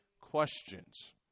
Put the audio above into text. questions